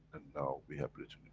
and now we have written